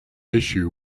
issue